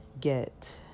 get